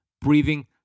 breathing